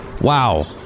Wow